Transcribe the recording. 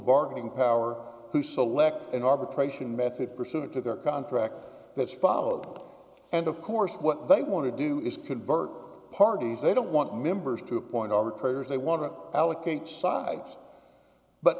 bargaining power who select an arbitration method pursued to their contract that's followed and of course what they want to do is convert parties they don't want members to appoint arbitrator's they want to allocate sides but